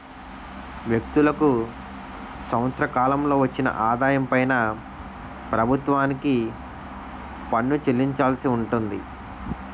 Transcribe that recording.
వ్యక్తులకు సంవత్సర కాలంలో వచ్చిన ఆదాయం పైన ప్రభుత్వానికి పన్ను చెల్లించాల్సి ఉంటుంది